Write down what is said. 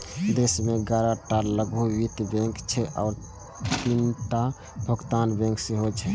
देश मे ग्यारह टा लघु वित्त बैंक छै आ तीनटा भुगतान बैंक सेहो छै